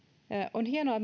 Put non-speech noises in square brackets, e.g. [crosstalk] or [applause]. on hienoa [unintelligible]